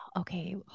okay